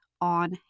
on